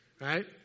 right